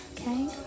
Okay